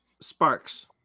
Sparks